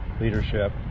leadership